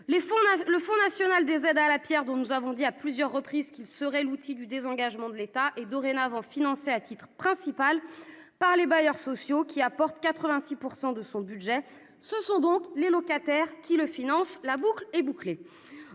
abordables. Le FNAP, dont nous avons dit à plusieurs reprises qu'il serait l'outil du désengagement de l'État, est dorénavant financé à titre principal par les bailleurs sociaux, à hauteur de 86 % de son budget. Ce sont donc les locataires qui le financent. La boucle est bouclée